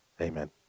Amen